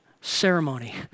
ceremony